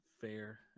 fair